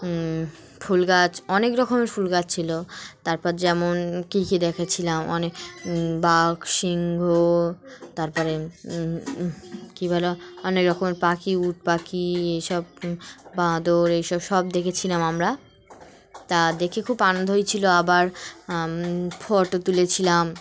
ফুল গাছ অনেক রকমের ফুল গাছ ছিলো তারপর যেমন কী কী দেখেছিলাম অনেক বাঘ সিংহ তারপরে কী বলো অনেক রকমের পাখি উট পাখি এইসব বাঁদর এইসব সব দেখেছিলাম আমরা তা দেখে খুব আনন্দ হয়েছিলো আবার ফটো তুলেছিলাম